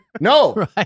No